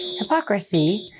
Hypocrisy